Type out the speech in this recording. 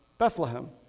Bethlehem